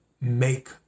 make